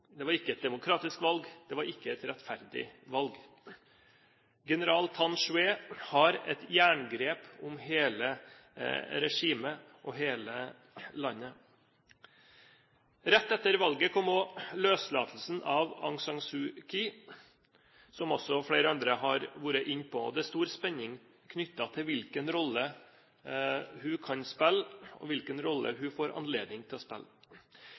det var ikke et demokratisk valg, og det var ikke et rettferdig valg. General Tan Shwe har et jerngrep om hele regimet og hele landet. Rett etter valget kom også løslatelsen av Aung San Suu Kyi, som også flere andre har vært inne på. Det er stor spenning knyttet til hvilken rolle hun kan spille og hvilken rolle hun får anledning til å spille.